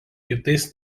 kitais